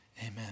amen